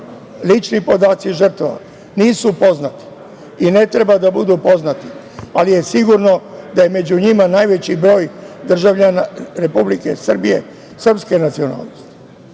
podaci žrtava nisu poznati i ne treba da budu poznati, ali je sigurno da je među njima najveći broj državljana Republike Srbije srpske nacionalnosti. Veliki